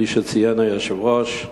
כפי שציין היושב-ראש,